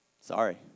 Sorry